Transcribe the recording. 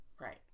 Right